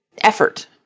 effort